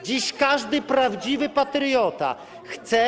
Dziś każdy prawdziwy patriota chce.